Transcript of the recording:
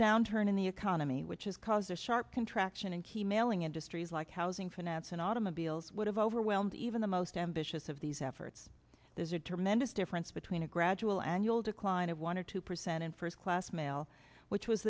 downturn in the economy which is cause a sharp contraction in key mailing industries like housing finance and automobiles would have overwhelmed even the most ambitious of these efforts there's a tremendous difference between a gradual annual decline of one or two percent in first class mail which was